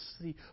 see